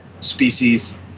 species